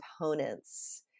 components